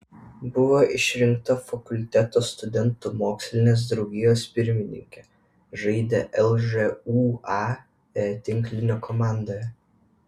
buvo išrinkta fakulteto studentų mokslinės draugijos pirmininke žaidė lžūa tinklinio komandoje